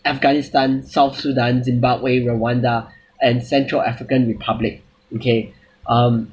afghanistan south sudan zimbabwe rwanda and central african republic okay um